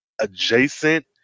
adjacent